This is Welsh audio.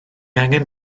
angen